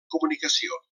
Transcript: comunicació